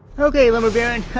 okay, lumber baron,